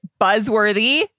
buzzworthy